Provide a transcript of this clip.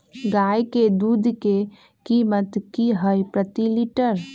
गाय के दूध के कीमत की हई प्रति लिटर?